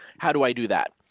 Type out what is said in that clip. how do i do that?